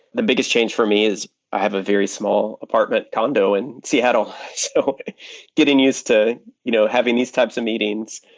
the biggest change for me is i have a very small apartment condo and see how it all getting used to you know having these types of meetings,